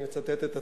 אני מצטט את עצמי: